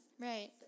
Right